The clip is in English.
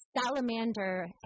salamander